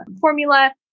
formula